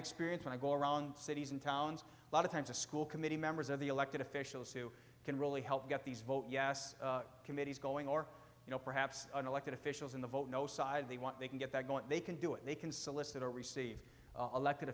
experience when i go around cities and towns lot of times a school committee members of the elected officials who can really help get these vote yes committees going or you know perhaps an elected officials in the vote no side they want they can get that they can do it they can solicit or receive a lette